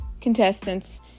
contestants